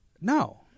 No